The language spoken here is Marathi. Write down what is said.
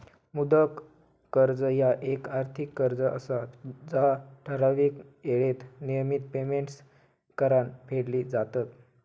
मुदत कर्ज ह्या येक आर्थिक कर्ज असा जा ठराविक येळेत नियमित पेमेंट्स करान फेडली जातत